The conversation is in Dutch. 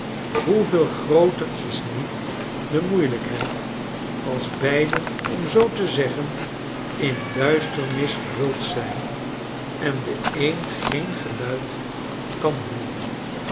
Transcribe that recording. hoeveel grooter is niet de moeielijkheid als beiden om zoo te zeggen in duisternis gehuld zijn en de een geen geluid kan hooren